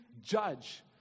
judge